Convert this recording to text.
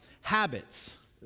habits